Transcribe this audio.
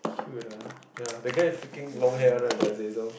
cute uh ya that guy freaking long hair one right the Azazel